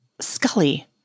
Scully